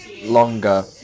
longer